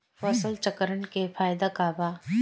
फसल चक्रण के फायदा का बा?